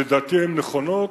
לדעתי, הם נכונים.